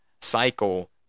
cycle